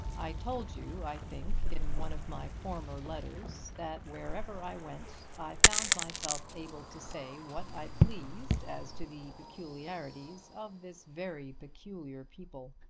i told you, i think, in one of my former letters that wherever i went i found myself able to say what i pleased as to the peculiarities of this very peculiar people.